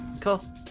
Cool